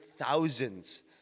thousands